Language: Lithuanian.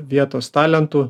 vietos talentų